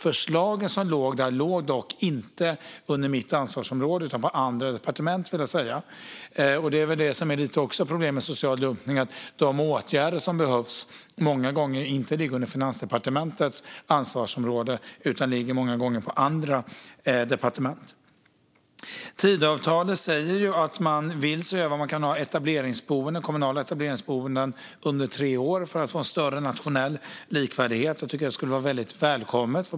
Förslagen låg dock inte under mitt ansvarsområde utan på andra departement. Det är väl lite grann problemet med social dumpning, att de åtgärder som behövs många gånger inte ligger under Finansdepartementets ansvarsområde utan på andra departement. I Tidöavtalet sägs att man vill se över om man kan ha kommunala etableringsboenden under tre år för att få en större nationell likvärdighet. Det tycker jag skulle vara väldigt välkommet.